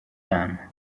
dame